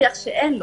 להוכיח שאין לו.